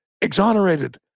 exonerated